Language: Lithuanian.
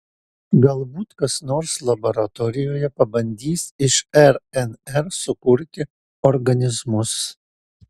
galbūt kas nors laboratorijoje pabandys iš rnr sukurti organizmus